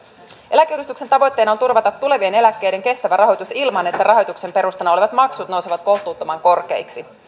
eläkeuudistuksen tavoitteena on turvata tulevien eläkkeiden kestävä rahoitus ilman että rahoituksen perustana olevat maksut nousevat kohtuuttoman korkeiksi